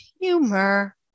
humor